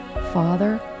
Father